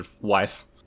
wife